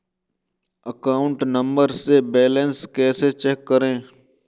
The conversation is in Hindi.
अकाउंट नंबर से बैलेंस कैसे चेक करें?